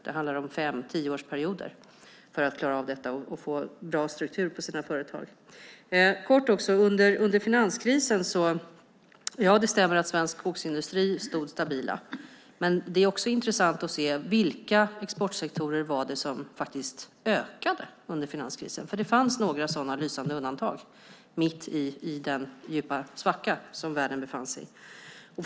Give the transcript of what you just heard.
Det handlar om fem till tioårsperioder för att få bra struktur på företagen. Under finanskrisen stämmer det att svensk skogsindustri stod stabil. Det är också intressant att se vilka exportsektorer som ökade under finanskrisen. Det fanns några sådana lysande undantag mitt i den djupa svacka som världen befann sig i.